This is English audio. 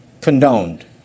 condoned